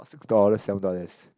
or six dollars seven dollars